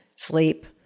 sleep